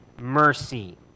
mercy